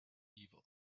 evil